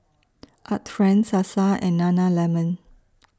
Art Friend Sasa and Nana Lemon